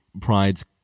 Pride's